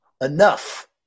enough